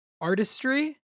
artistry